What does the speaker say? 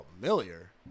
familiar